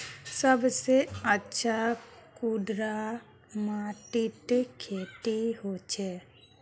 सबसे अच्छा कुंडा माटित खेती होचे?